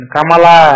Kamala